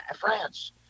France